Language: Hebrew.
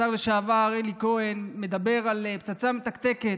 השר לשעבר אלי כהן מדבר על פצצה מתקתקת,